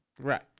Right